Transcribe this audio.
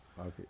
okay